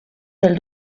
del